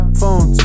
Phones